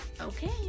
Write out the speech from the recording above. Okay